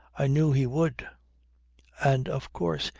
i knew he would and, of course,